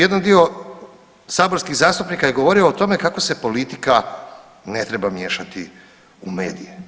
Jedan dio saborskih zastupnika je govorio o tome kako se politika ne treba miješati u medije.